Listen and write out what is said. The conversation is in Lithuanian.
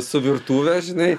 su virtuve žinai